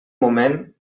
moment